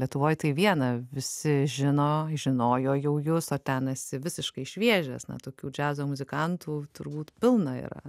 lietuvoj tai viena visi žino žinojo jau jus o ten esi visiškai šviežias na tokių džiazo muzikantų turbūt pilna yra